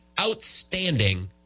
outstanding